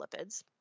lipids